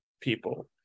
people